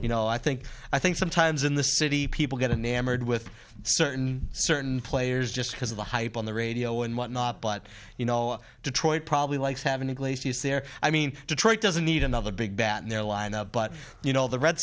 you know i think i think sometimes in the city people get to namrud with certain certain players just because of the hype on the radio and whatnot but you know detroit probably likes having iglesias there i mean detroit doesn't need another big bat in their lineup but you know the red